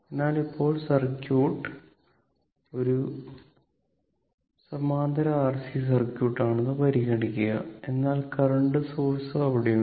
അതിനാൽ ഇപ്പോൾ സർക്യൂട്ട് ഒരു സമാന്തര ആർസി സർക്യൂട്ട് ആണെന്ന് പരിഗണിക്കുക എന്നാൽ കറന്റ് സോഴ്സ് അവിടെയുണ്ട്